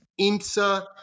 INSA